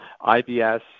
IBS